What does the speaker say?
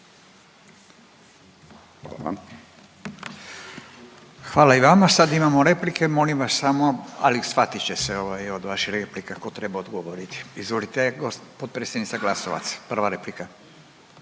Hvala i vama. Sad imamo replike. Molim vas samo, ali shvatit će se, ovaj, od vaših replika tko treba odgovoriti. Izvolite, potpredsjednica Glasovac, prva replika.